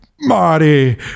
Marty